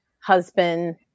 husband